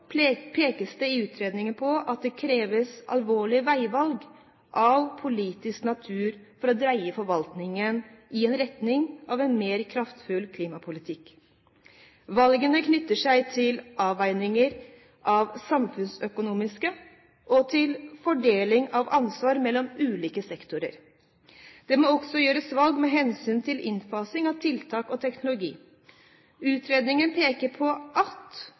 klimalov, pekes det i utredningen på at det kreves alvorlige veivalg av politisk natur for å dreie forvaltningen i retning av en mer kraftfull klimapolitikk. Valgene knytter seg til avveininger av samfunnskostnader og til fordeling av ansvar mellom ulike sektorer. Det må også gjøres valg med hensyn til innfasing av tiltak og teknologi. Utredningen peker på at